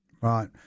Right